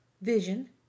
Vision